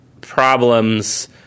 problems